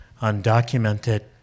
undocumented